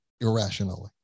irrationally